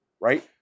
right